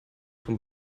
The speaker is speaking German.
vom